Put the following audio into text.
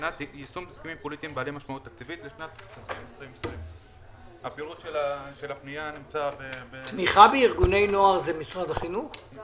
שינויים בתקציב המשכי לשנת 2020. מספר פנייה לוועדה: 8003. הפנייה נועדה לתקצוב סך של 173 מיליוני שקלים בהוצאה